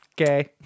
Okay